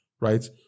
right